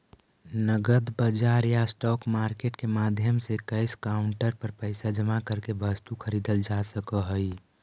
नगद बाजार या स्पॉट मार्केट के माध्यम से कैश काउंटर पर पैसा जमा करके वस्तु खरीदल जा सकऽ हइ